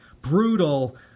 brutal